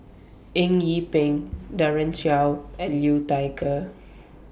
Eng Yee Peng Daren Shiau and Liu Thai Ker